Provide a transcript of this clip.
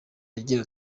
agira